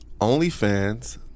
onlyfans